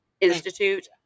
Institute